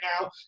now